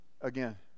again